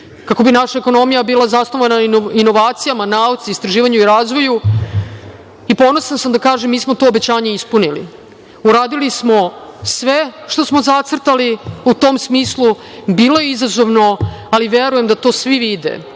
kako bi naša ekonomija bila zasnovana na inovacija, nauci, istraživanju i razvoju. Ponosna sam da kažem da smo mi to obećanje ispunili. Uradili smo sve što smo zacrtali. U tom smislu, bilo je izazovno, ali verujem da to svi vide,